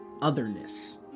otherness